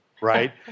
right